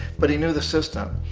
but he knew the system.